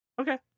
Okay